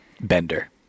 Bender